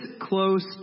close